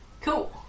Cool